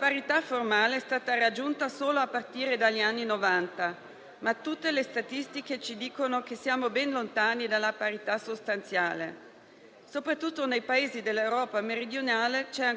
Il paragone con altri Paesi europei ci dimostra che in nessuno di questi un avvicinamento alla parità si è raggiunto senza azioni positive, solo che in questi Paesi le misure sono